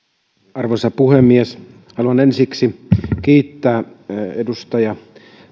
arvoisa puhemies haluan ensiksi kiittää edustaja